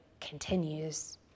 continues